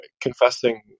confessing